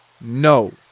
No